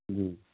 جی